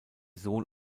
sohn